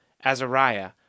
Azariah